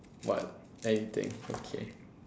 what anything okay